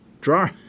Draw